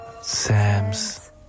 Sam's